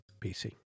PC